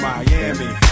Miami